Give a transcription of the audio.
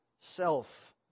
self